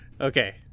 Okay